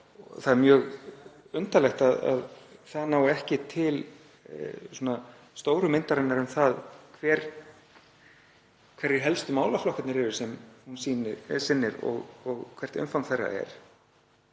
það er mjög undarlegt að það nái ekki til stóru myndarinnar, hverjir helstu málaflokkarnir eru sem hún sinnir og hvert umfang þeirra er.